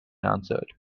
answered